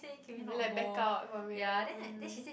be like back out from it mm